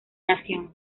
nación